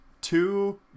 two